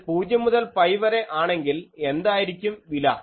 ഇത് പൂജ്യം മുതൽ പൈ വരെ ആണെങ്കിൽ എന്തായിരിക്കും വില